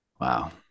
Wow